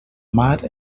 mar